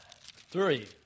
three